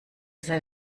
seid